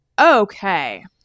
Okay